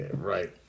right